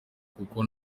kuko